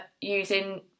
using